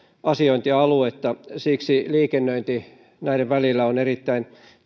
asiointialuetta siksi liikennöinti näiden välillä on erittäin